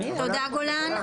תודה גולן.